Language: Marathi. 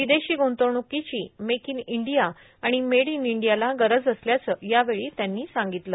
विदेशी गृंतवणुकीची मेक इन इंडिया आणि मेड इन इंडियाला गरज असल्याच यावेळी त्यांनी सांगितले